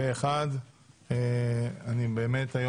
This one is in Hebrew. אישור